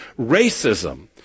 racism